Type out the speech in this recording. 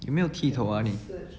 有没有剃头 ah 你